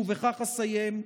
ובכך אסיים,